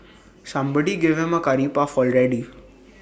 somebody give him A Curry puff already